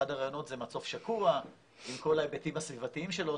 אחד הרעיונות זה מצוף שקוע עם כל ההיבטים הסביבתיים שלו.